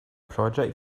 project